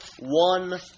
one